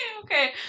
okay